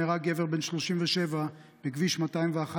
נהרג גבר בן 37 בכביש 211,